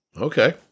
Okay